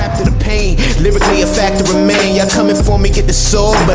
the pain liberty a factor remain you coming for me get the so but